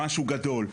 משהו גדול,